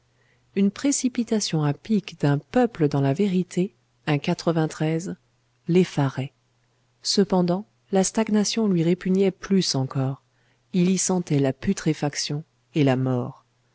une précipitation à pic d'un peuple dans la vérité un l'effarait cependant la stagnation lui répugnait plus encore il y sentait la putréfaction et la mort